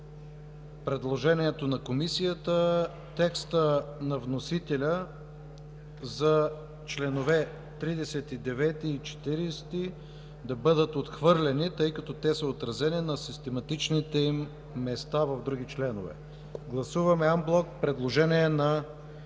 предложението на Комисията текстът на вносителя за членове 39 и 40 да бъде отхвърлен, тъй като те са отразени на систематичните им места в други членове. Гласуваме анблок предложение на